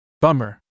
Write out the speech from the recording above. Bummer